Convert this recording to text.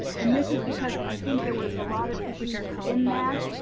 and this is because i think there was a lot of issues in that.